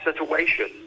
situation